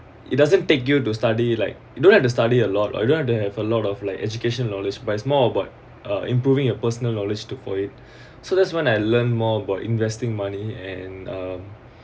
it doesn't take you to study like you don't have to study a lot lah you don't want to have a lot of like education knowledge but it's more about improving your personal knowledge to for it so that's one I learn more about investing money and um